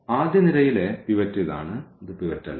ആദ്യ നിരയിലെ പിവറ്റ് ഇതാണ് ഇത് പിവറ്റ് അല്ല